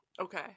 Okay